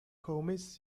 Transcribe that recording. homies